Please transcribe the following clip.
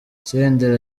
senderi